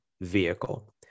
vehicle